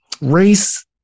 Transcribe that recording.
race